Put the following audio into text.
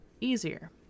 easier